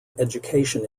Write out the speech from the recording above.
education